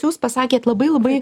jūs pasakėt labai labai